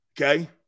Okay